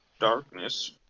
darkness